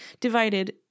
divided